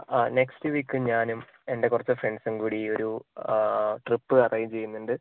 ആ next week ഞാനും എൻ്റെ കുറച്ച് ഫ്രണ്ട്സും കൂടി ഒരു ട്രിപ്പ് അറേഞ്ച് ചെയ്യുന്നുണ്ട്